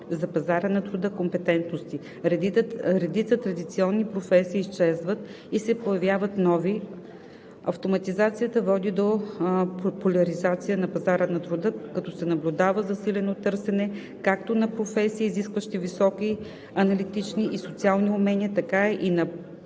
за пазара на труда компетентности. Редица традиционни професии изчезват и се появяват нови, автоматизацията води до поляризация на пазара на труда, като се наблюдава засилено търсене както на професии, изискващи високи аналитични и социални умения, така и на